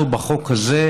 בחוק הזה,